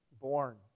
born